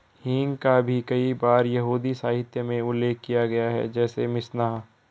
हींग का भी कई बार यहूदी साहित्य में उल्लेख किया गया है, जैसे मिशनाह